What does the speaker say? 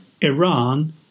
Iran